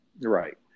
Right